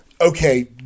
Okay